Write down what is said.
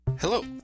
Hello